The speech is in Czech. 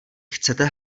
chcete